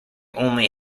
only